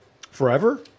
Forever